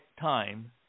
time